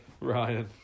Ryan